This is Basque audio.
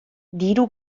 diru